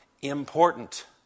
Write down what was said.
important